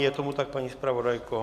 Je tomu tak, paní zpravodajko?